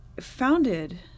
founded